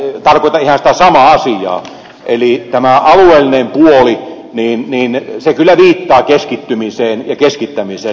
tarkoitan ihan sitä samaa asiaa eli tämä alueellinen puoli kyllä viittaa keskittymiseen ja keskittämiseen